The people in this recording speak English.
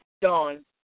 Dawn